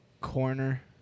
corner